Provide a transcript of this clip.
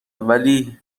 ولی